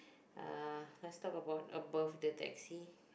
uh let's talk about above the taxi